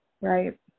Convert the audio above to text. Right